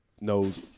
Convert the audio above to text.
knows